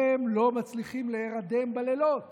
הם לא מצליחים להירדם בלילות